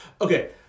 Okay